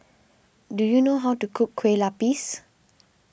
do you know how to cook Kueh Lapis